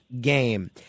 game